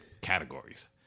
categories